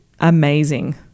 amazing